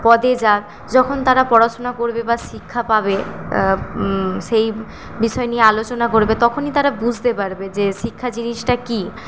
পদে যাক যখন তারা পড়াশুনা করবে বা শিক্ষা পাবে সেই বিষয় নিয়ে আলোচনা করবে তখনই তারা বুঝতে পারবে যে শিক্ষা জিনিসটা কি